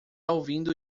ouvindo